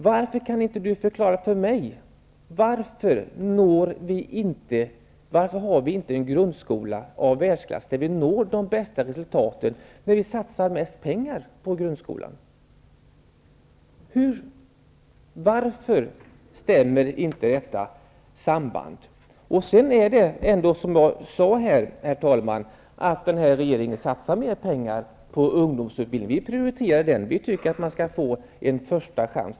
Kan Björn Samuelson förklara för mig: Varför har vi inte en grundskola i världsklass, där vi når de bästa resultaten, när vi satsar mest pengar på grundskolan? Varför stämmer inte detta samband? Som jag sade förut, satsar den nuvarande regeringen mer pengar på ungdomsutbildningen. Vi prioriterar den, för vi tycker att man skall få en första chans.